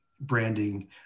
branding